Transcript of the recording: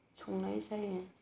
संनाय जायो